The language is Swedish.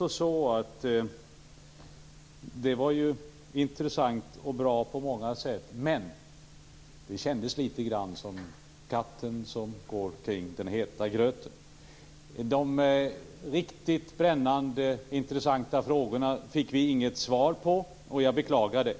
Det var intressant och bra på många sätt, men det kändes som om hon gick som katten kring den heta gröten. De riktigt brännande och intressanta frågorna fick vi inget svar på. Jag beklagar det.